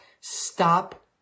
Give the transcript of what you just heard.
Stop